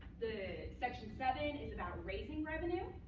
the section seven is about raising revenue.